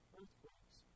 earthquakes